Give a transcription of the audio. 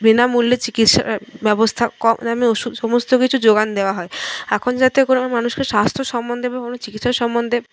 বিনামূল্যে চিকিৎসার ব্যবস্থা কম দামে ওষুধ সমস্ত কিছু জোগান দেওয়া হয় এখন যাতে কোনো মানুষকে স্বাস্থ্য সম্বন্ধে বা কোনো চিকিৎসা সম্বন্ধে